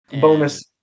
Bonus